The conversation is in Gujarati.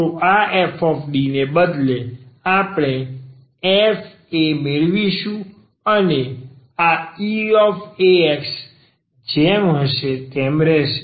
તો આ fD ને બદલે આપણે f a મેળવીશું અને આ eax જેમ હશે તેમ રહેશે